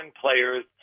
players